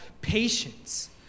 patience